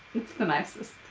it's the nicest.